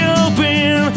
open